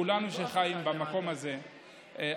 כולנו חיים במקום הזה,